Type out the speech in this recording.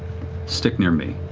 stick near me,